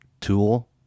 tool